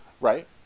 Right